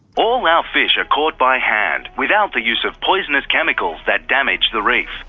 all our fish are caught by hand, without the use of poisonous chemicals that damage the reef.